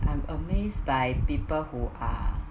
I'm amazed by people who are